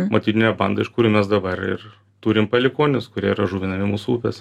motininę bandą iš kurių mes dabar ir turim palikuonis kurie yra žuvinami mūsų upės